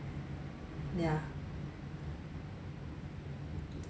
ya